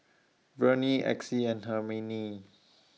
Verne Exie and Hermine